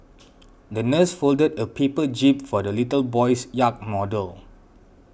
the nurse folded a paper jib for the little boy's yacht model